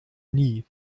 nie